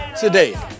today